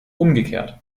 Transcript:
umgekehrt